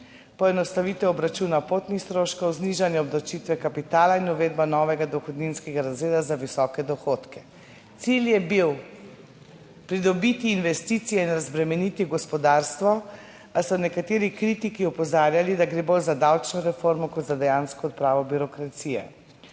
poenostavitev obračuna potnih stroškov, znižanje obdavčitve kapitala in uvedba novega dohodninskega razreda za visoke dohodke. Cilj je bil pridobiti investicije in razbremeniti gospodarstvo, a so nekateri kritiki opozarjali, da gre bolj za davčno reformo kot za dejansko **66.